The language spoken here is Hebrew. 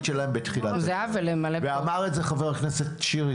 שלהם בתחילת הדרך ואמר את זה חבר הכנסת שירי,